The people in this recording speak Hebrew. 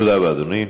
תודה רבה, אדוני.